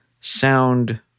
sound